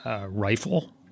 rifle